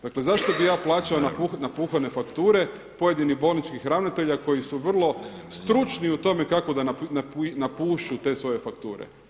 Dakle, zašto bih ja plaćao napuhane fakture pojedinih bolničkih ravnatelja koji su vrlo stručni u tome kako da napušu te svoje fakture.